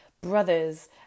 brothers